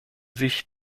sich